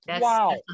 Wow